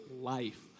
life